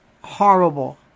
horrible